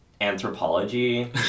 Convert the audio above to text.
anthropology